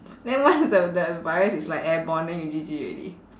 then once the the virus is like airborne then you G_G already